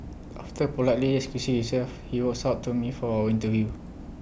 after politely excusing himself he walks up to me for our interview